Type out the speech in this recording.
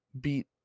beat